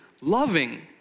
loving